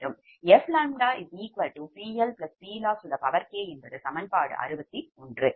fλ k PLPLossk என்பது சமன்பாடு 61